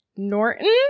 Norton